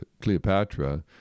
Cleopatra